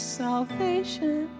salvation